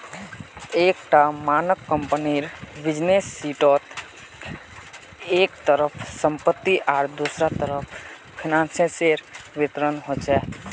एक टा मानक कम्पनीर बैलेंस शीटोत एक तरफ सम्पति आर दुसरा तरफ फिनानासेर विवरण होचे